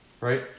right